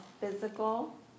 physical